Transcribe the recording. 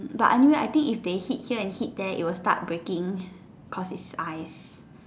but anyway I think if they hit here and they hit there it will start breaking cause it's ice